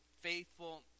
faithful